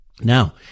Now